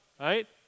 right